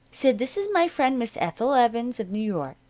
sid, this is my friend, miss ethel evans, of new york.